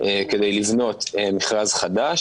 כדי לבנות מכרז חדש.